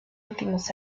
últimos